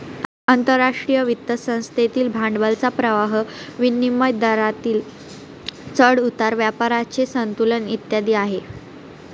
आंतरराष्ट्रीय वित्त संस्थेतील भांडवलाचा प्रवाह, विनिमय दरातील चढ उतार, व्यापाराचे संतुलन इत्यादी आहे